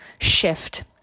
shift